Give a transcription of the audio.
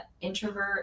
introvert